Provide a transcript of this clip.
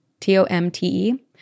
T-O-M-T-E